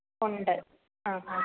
ഉണ്ട് ആ ആ ആ